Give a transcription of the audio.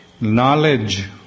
knowledge